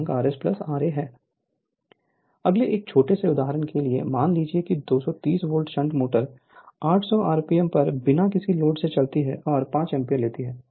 Refer Slide Time 1432 अगले एक छोटे से उदाहरण के लिए मान लीजिए कि 230 वोल्ट शंट मोटर 800 आरपीएम पर बिना किसी लोड के चलती है और 5 एम्पीयर लेती है